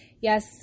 Yes